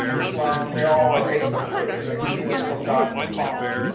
islam, they all are based on a scripture that's revealed from god to a prophet.